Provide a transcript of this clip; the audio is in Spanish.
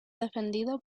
defendido